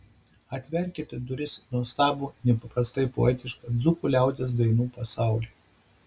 atverkite duris į nuostabų nepaprastai poetišką dzūkų liaudies dainų pasaulį